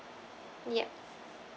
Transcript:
yup